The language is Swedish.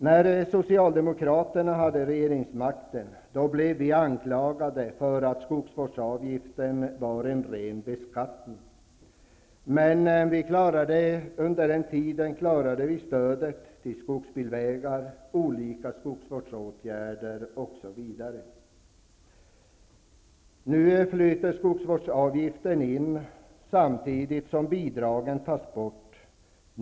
När vi Socialdemokrater hade regeringsmakten blev vi anklagade för att skogsvårdsavgiften var en ren beskattning. Men under den tiden klarade vi ändå stödet till skogsbilvägar, olika skogsvårdsåtgärder, osv. Nu flyter skogsvårdsavgiften in samtidigt som bidragen tas bort.